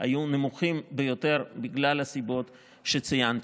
היו נמוכים ביותר בגלל הסיבות שציינתי.